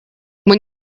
when